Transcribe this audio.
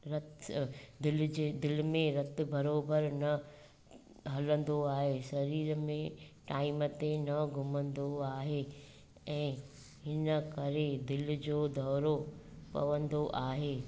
रतु दिलि जे दिलि में रतु बराबरि न हलंदो आहे सरीर में टाइम ते न घुमंदो आहे ऐं हिन करे दिलि जो दौरो पवंदो आहे